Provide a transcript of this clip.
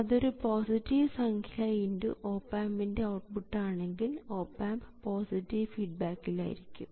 അതൊരു പോസിറ്റീവ് സംഖ്യ x op ആമ്പിൻറെ ഔട്ട്പുട്ട് ആണെങ്കിൽ ഓപ് ആമ്പ് പോസിറ്റീവ് ഫീഡ്ബാക്കിൽ ആയിരിക്കും